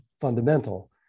fundamental